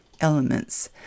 elements